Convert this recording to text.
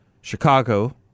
Chicago